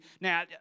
now